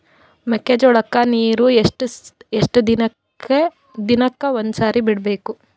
ಜೋಳ ಕ್ಕನೀರು ಎಷ್ಟ್ ದಿನಕ್ಕ ಒಂದ್ಸರಿ ಬಿಡಬೇಕು?